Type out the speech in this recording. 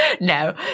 no